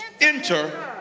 Enter